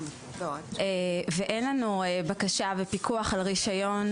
ואין לנו בקשה ופיקוח על הרישיון,